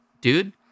dude